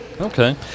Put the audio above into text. Okay